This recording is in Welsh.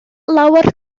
lawer